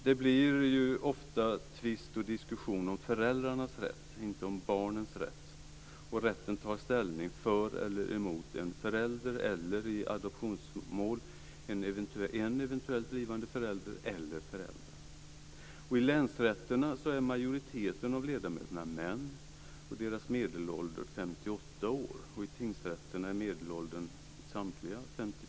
Det uppstår ju ofta tvist och diskussion om föräldrarnas rätt, inte om barnens rätt. Rätten tar ställning för eller emot en förälder eller, i adoptionsmål, eventuellt blivande förälder eller föräldrar. I länsrätterna är majoriteten av ledamöterna män och deras medelålder 58 år. I tingsrätterna är medelåldern 56 år.